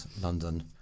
London